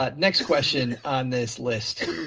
ah next question on this list,